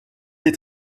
des